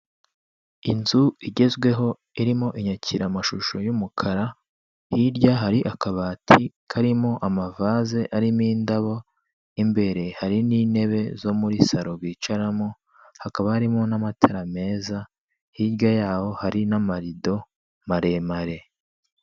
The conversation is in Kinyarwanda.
Inzu igezweho irimo inyakiramashusho y'umukara, hirya hari akabati karimo amavase arimo indabo, imbere hari n'intebe zo muri saro bicaramo hakaba harimo n'amatara meza, hirya yaho hari n'amarido maremare.